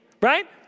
right